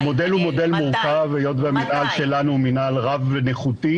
המודל מורכב היות והמינהל שלנו הוא מינהל רב-נכותי.